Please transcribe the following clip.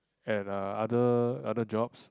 at uh other other jobs